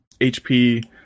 HP